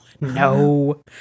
No